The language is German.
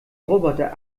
roboter